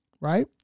right